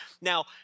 Now